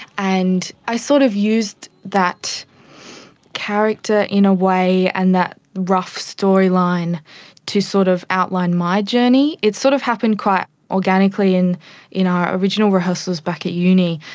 and i sort of used that character in a way and that rough storyline to sort of outline my journey. it's sort of happened quite organically in in our original rehearsals back at uni.